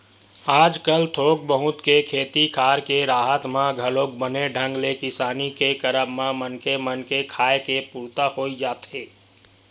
आजकल थोक बहुत के खेती खार के राहत म घलोक बने ढंग ले किसानी के करब म मनखे मन के खाय के पुरता होई जाथे